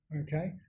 okay